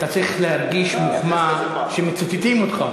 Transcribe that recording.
אתה צריך להרגיש מוחמא שמצטטים אותך.